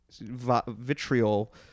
vitriol